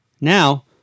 Now